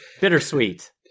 Bittersweet